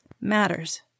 matters